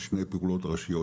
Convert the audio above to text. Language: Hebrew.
זה שתי פעולות ראשיות,